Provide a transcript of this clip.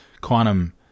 quantum